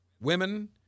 women